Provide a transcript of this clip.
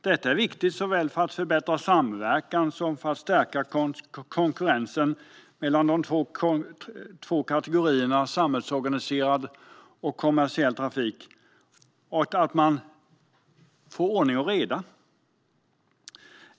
Detta är viktigt såväl för att förbättra samverkan som för att stärka konkurrensen mellan dessa två kategorier - samhällsorganiserad trafik och kommersiell trafik - så att man får ordning och reda.